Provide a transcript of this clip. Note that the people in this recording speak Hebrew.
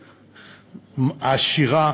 עשירה,